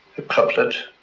a couplet